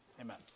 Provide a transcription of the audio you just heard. Amen